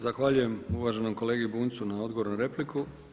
Zahvaljujem uvaženom kolegi Bunjcu na odgovoru na repliku.